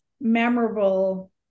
memorable